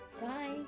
Bye